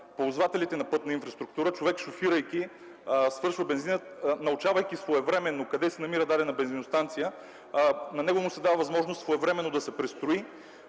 ползвателите на пътна инфраструктура. На човек, шофирайки, свършва бензина, научавайки своевременно къде се намира дадена бензиностанция, му се дава възможност своевременно да се престрои.